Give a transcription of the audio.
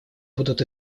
будут